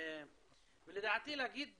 ולדעתי להגיד